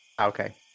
Okay